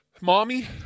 mommy